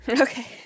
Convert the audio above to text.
Okay